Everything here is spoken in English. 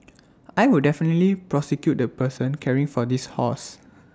I would definitely prosecute the person caring for this horse